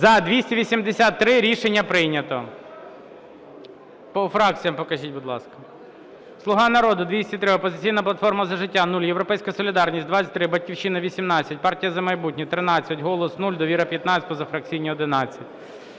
За-283 Рішення прийнято. По фракціям покажіть, будь ласка. "Слуга народу" – 203, "Опозиційна платформа - За життя" – 0, "Європейська солідарність" – 23, "Батьківщина" – 18, "Партія "За майбутнє" – 13, "Голос" – 0, "Довіра" – 15, позафракційні – 11.